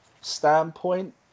standpoint